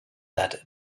that